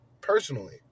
personally